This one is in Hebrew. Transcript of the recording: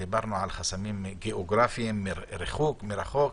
דיברנו על חסמים גיאוגרפיים ועל ריחוק.